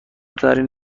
ترین